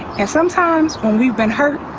and sometimes when we've been hurt,